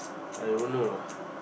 I don't know ah